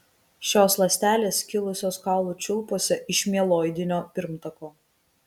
šios ląstelės kilusios kaulų čiulpuose iš mieloidinio pirmtako